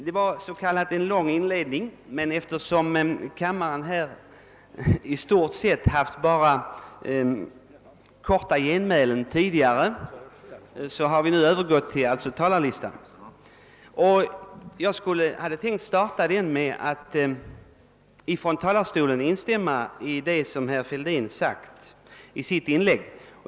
Detta var en lång inledning, men efter det att debatten hittills i stort sett endast bestått av korta genmälen har vi alltså nu övergått till talarlistan. Jag hade tänkt inleda mitt anförande med att från talarstolen instämma i vad herr Fälldin sade i sitt inlägg.